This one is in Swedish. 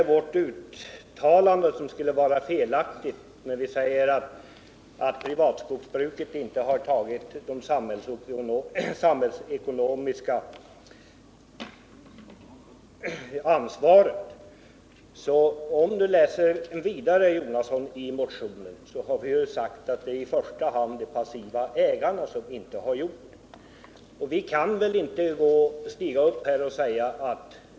Vårt uttalande att det privata skogsbruket inte har tagit sitt samhällsekonomiska ansvar skulle, enligt herr Jonasson, vara felaktigt. Men om herr Jonasson läser vidare i motionen ser han att det i första hand är det passiva ägandet som inte kunnat uppfylla ansvaret.